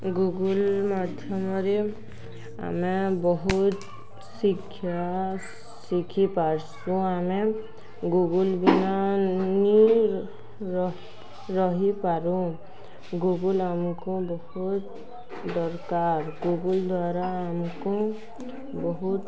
Google ମାଧ୍ୟମରେ ଆମେ ବହୁତ ଶିକ୍ଷା ଶିଖିପାର୍ସୁଁ ଆମେ ଗୁଗୁଲ୍ ବିନା ନି ରହି ରହିପାରୁ ଗୁଗୁଲ୍ ଆମକୁ ବହୁତ ଦରକାର୍ ଗୁଗୁଲ୍ ଦ୍ୱାରା ଆମକୁ ବହୁତ୍